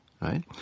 right